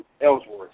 Ellsworth